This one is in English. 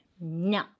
No